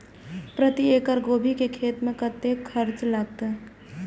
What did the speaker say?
प्रति एकड़ गोभी के खेत में कतेक खर्चा लगते?